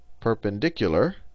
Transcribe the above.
perpendicular